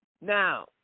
Now